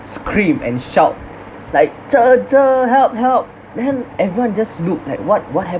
scream and shout like ~ cher ~ cher help help then everyone just look like what what